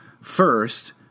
First